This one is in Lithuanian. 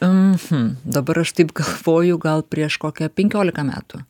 mhm dabar aš taip galvoju gal prieš kokia penkiolika metų